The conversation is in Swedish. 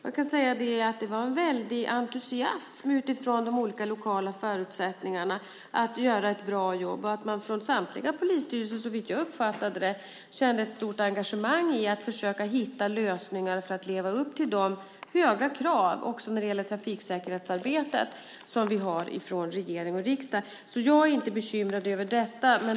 Det fanns en stor entusiasm utifrån de olika lokala förutsättningarna att göra ett bra jobb. Såvitt jag uppfattade det kände man från samtliga polisstyrelser ett stort engagemang i fråga om att försöka hitta lösningar för att leva upp till de höga krav också när det gäller trafiksäkerhetsarbetet som vi ställer från regering och riksdag. Jag är därför inte bekymrad över detta.